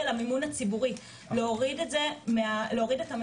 התעשייה ----- ששש,